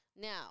Now